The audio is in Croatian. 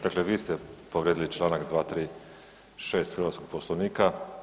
Dakle, vi ste povrijedili članak 236. hrvatskog Poslovnika.